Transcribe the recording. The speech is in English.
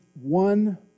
one